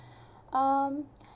um